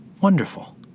wonderful